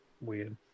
weird